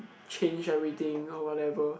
change everything or whatever